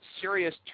serious